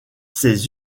ces